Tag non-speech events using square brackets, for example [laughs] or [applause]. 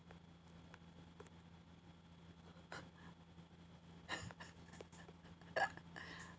[laughs]